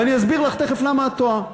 ואני אסביר לך תכף למה את טועה.